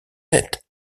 nette